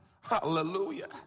Hallelujah